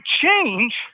change